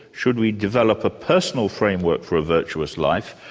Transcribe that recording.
should we develop a personal framework for a virtuous life?